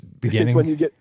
beginning